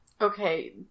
okay